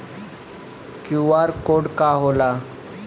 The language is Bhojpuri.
क्यू.आर कोड का होला?